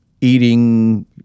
eating